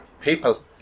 people